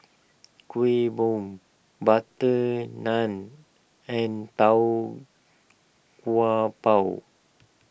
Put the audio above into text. Kuih Bom Butter Naan and Tau Kwa Pau